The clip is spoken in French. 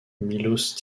miloš